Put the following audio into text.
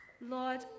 Lord